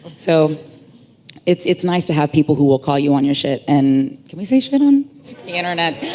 so it's it's nice to have people who will call you on your shit, and can we say shit on? it's the internet.